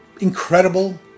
incredible